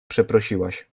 przeprosiłaś